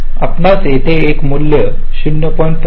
आपणास येथे एक मूल्य 0